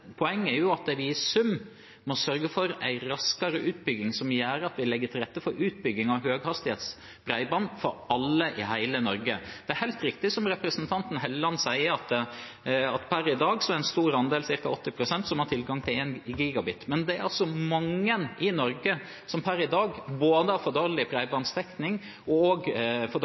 vi i sum må sørge for en raskere utbygging som gjør at vi legger til rette for utbygging av høyhastighetsbredbånd for alle i hele Norge. Det er helt riktig som representanten Helleland sier, at det per i dag er en stor andel – ca. 80 pst. – som har tilgang til 1 Gbit/s, men det er altså mange i Norge som per i dag har både for dårlig bredbåndsdekning og for